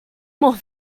more